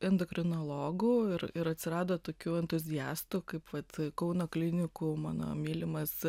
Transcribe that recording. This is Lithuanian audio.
endokrinologų ir ir atsirado tokių entuziastų kaip vat kauno klinikų mano mylimas